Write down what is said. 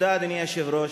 אדוני היושב-ראש,